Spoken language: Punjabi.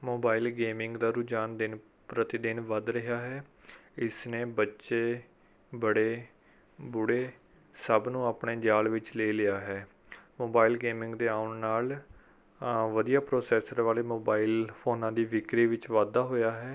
ਮੋਬਾਈਲ ਗੇਮਿੰਗ ਦਾ ਰੁਝਾਨ ਦਿਨ ਪ੍ਰਤੀ ਦਿਨ ਵੱਧ ਰਿਹਾ ਹੈ ਇਸ ਨੇ ਬੱਚੇ ਬੜੇ ਬੁੜੇ ਸਭ ਨੂੰ ਆਪਣੇ ਜਾਲ ਵਿੱਚ ਲੈ ਲਿਆ ਹੈ ਮੋਬਾਈਲ ਗੇਮਿੰਗ ਦੇ ਆਉਣ ਨਾਲ ਵਧੀਆ ਪ੍ਰੋਸੈਸਰ ਵਾਲੇ ਮੋਬਾਈਲ ਫੋਨਾਂ ਦੀ ਵਿਕਰੀ ਵਿੱਚ ਵਾਧਾ ਹੋਇਆ ਹੈ